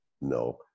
No